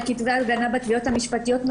כתבי הגנה נוראיים בתביעות המשפטיות,